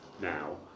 now